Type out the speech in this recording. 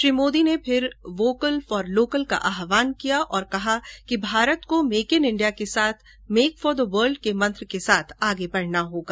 श्री मोदी ने फिर vocal for local का आहवान किया और कहा कि भारत को मेक इन इंडिया के साथ साथ मेक फॉर द वर्ल्ड के मंत्र के साथ आगे बढना होगा